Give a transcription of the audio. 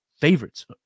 favorites